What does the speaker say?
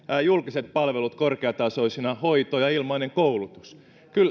julkiset palvelut korkeatasoisina hoito ja ilmainen koulutus